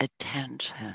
attention